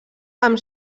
amb